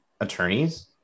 attorneys